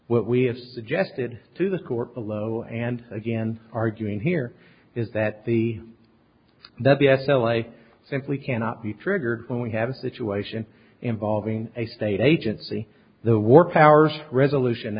what we have suggested to the court below and again arguing here is that the that the s l a simply cannot be triggered when we have a situation involving a state agency the war powers resolution